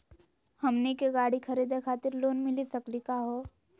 हमनी के गाड़ी खरीदै खातिर लोन मिली सकली का हो?